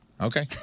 Okay